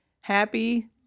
happy